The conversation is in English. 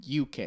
UK